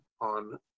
on